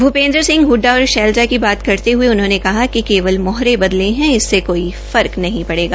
भूपेन्द्र सिंह हड्डा और शैलजा की बात करते हये उन्होंने कहा कि केवल मोहरे बदले है इससे कोई फर्क नहीं पड़ेगा